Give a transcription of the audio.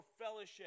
fellowship